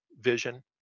vision